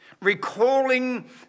recalling